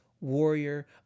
warrior